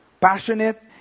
Passionate